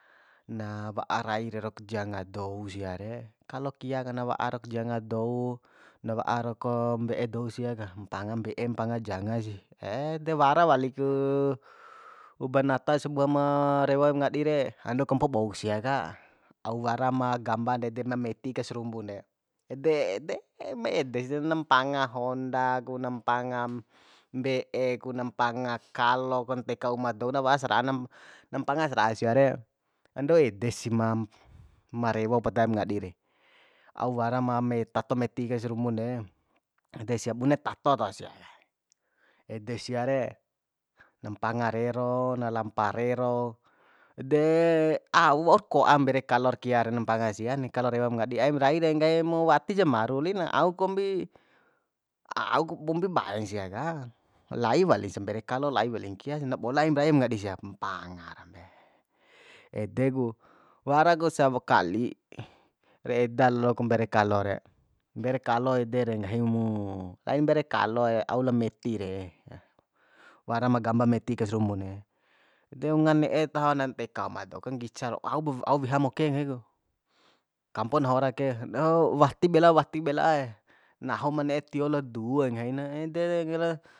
Na wa'a rai rero ku janga dou sia re kalo kia ka na wa'a rok janga dou na wa'a ro ko mbe'e dou sia ka mpanga mbe'e mpanga janga si ede wara wali ku banata sabua ma rewo aim ngadi re ando kampo bouk sia ka au wara ma gamba ede ma meti ka sarumbun de ede ede ma ede sa na mpanga honda ku na mpanga mbe'e ku na mpanga kalo ku nteka uma dou na wa'a sara'a nampanga sara'a sia re ando ede si ma ma rewo poda aim ngadi re au wara ma meta to meti ka sarumbun de ede sia bune tato taho sia ede sia re na mpanga reo na lampa rero de au waur ko'a mbere kalor kia re na mpanga sia ni kalo rewo aim ngadi aim rai de nggahi mu wati ja maru li na au kombi au ku kombi baen sia ka lai wali sa mbere kalo lai walin kia sa na bola aim rai aim ngadi sia mpanga rambe ede ku wara ku sawo kali ra eda lo ku mbere kalo re mbere kalo ede re nggahi mu ain mbere kaloe au la meti re warama gamba meti ka sarumbu de de unga ne'e taho na nteka uma dou kanggica lo au au weham oke nggahi ku kampo nahu ara ake wati bela wati bela nahu ma ne'e tio la due nggahi na ede